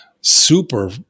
super